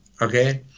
okay